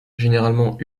généralement